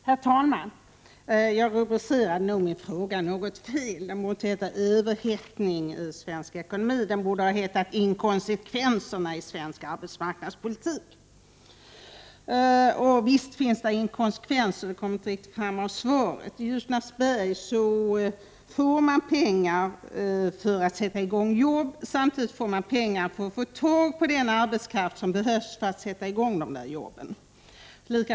Herr talman! Jag rubricerade nog min fråga något felaktigt. Rubriken lyder ”Överhettningen på arbetsmarknaden”, men den borde ha hetat Inkonsekvenserna i svensk arbetsmarknadspolitik. Visst finns det inkonsekvenser, men det framgick inte riktigt av svaret. Som exempel kan nämnas att man i Ljusnarsberg får pengar för att skapa arbetstillfällen, samtidigt som man får pengar för att få tag på den arbetskraft som behövs för att tillsätta dessa arbeten.